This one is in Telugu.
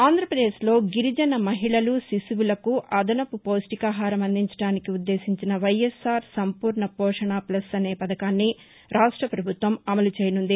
ఆంధ్రాప్రదేశ్లో గిరిజన మహిళలు శిశువులకు అదనపు పౌష్టికాహారం అందించడానికి ఉద్దేశించిన వైఎస్ఆర్ సంపూర్ణ పోషణ ప్లస్ అనే పథకాన్ని రాష్ట్ర ప్రభుత్వం అమలు చేయనుంది